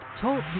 Talk